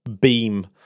beam